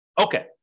Okay